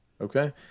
Okay